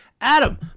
Adam